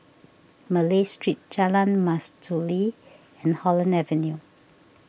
Malay Street Jalan Mastuli and Holland Avenue